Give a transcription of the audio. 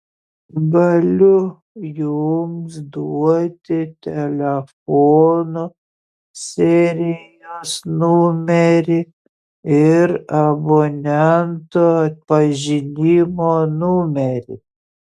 galiu jums duoti telefono serijos numerį ir abonento atpažinimo numerį